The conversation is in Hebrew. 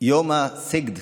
יום הסיגד,